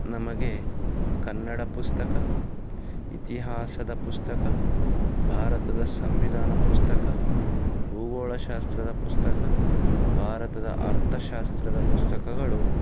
ನಮಗೆ ಕನ್ನಡ ಪುಸ್ತಕ ಇತಿಹಾಸದ ಪುಸ್ತಕ ಭಾರತದ ಸಂವಿಧಾನ ಪುಸ್ತಕ ಭೂಗೋಳ ಶಾಸ್ತ್ರದ ಪುಸ್ತಕ ಭಾರತದ ಅರ್ಥ ಶಾಸ್ತ್ರದ ಪುಸ್ತಕಗಳು